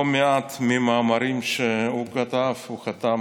לא מעט מהמאמרים שהוא כתב הוא חתם